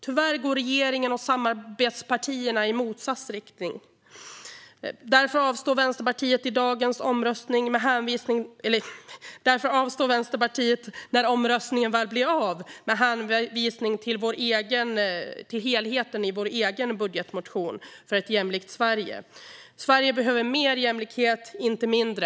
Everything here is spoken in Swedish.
Tyvärr går regeringen och samarbetspartierna i motsatt riktning. Med hänvisning till helheten i vår egen budgetmotion för ett jämlikt Sverige kommer Vänsterpartiet därför att avstå i omröstningen. Sverige behöver mer jämlikhet, inte mindre.